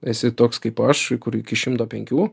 esi toks kaip aš kur iki šimto penkių